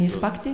אני הספקתי?